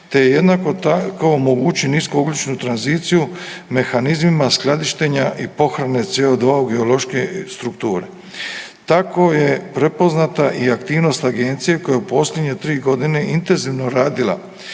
te jednako tako omogući niskougljičnu tranziciju mehanizmima skladištenja i pohrane CO2 u geološke strukture. Tako je prepoznata i aktivnost agencije koja je u posljednje 3.g. intenzivno radila